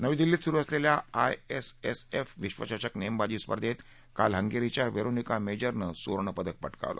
नवी दिल्लीत सुरु असलेल्या आय एस एस एफ विश्वचषक नेमबाजी स्पर्धेत काल हंगेरीच्या वेरोनिका मेजरनं सुवर्णपदक पटकावलं